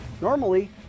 Normally